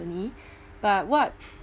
but what